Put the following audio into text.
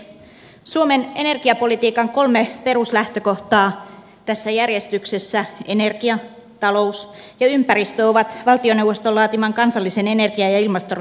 suomen energiapolitiikan kolme peruslähtökohtaa tässä järjestyksessä energia talous ja ympäristö ovat valtioneuvoston laatiman kansallisen energia ja ilmastostrategian perusta